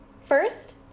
First